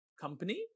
company